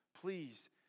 Please